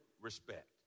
respect